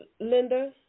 Linda